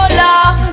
love